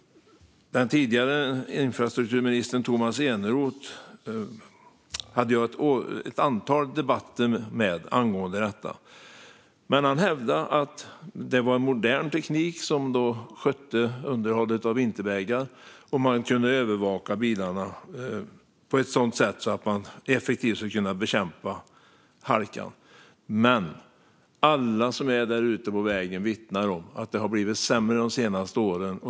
Den tidigare infrastrukturministern Tomas Eneroth hade jag ett antal debatter med angående detta. Han hävdade att det var modern teknik som skötte underhållet av vintervägar och att man kunde övervaka bilarna på ett sådant sätt att man effektivt kunde bekämpa halkan. Men alla som är där ute på vägen vittnar om att det har blivit sämre de senaste åren.